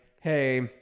hey